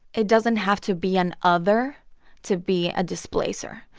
it doesn't have to be an other to be a displacer.